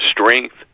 strength